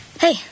Hey